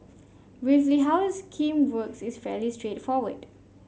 briefly how the scheme works is fairly straightforward